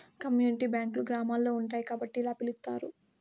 community బ్యాంకులు గ్రామాల్లో ఉంటాయి కాబట్టి ఇలా పిలుత్తారు